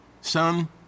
Son